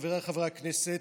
חבריי חברי הכנסת,